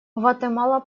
гватемала